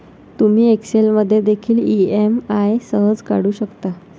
तुम्ही एक्सेल मध्ये देखील ई.एम.आई सहज काढू शकता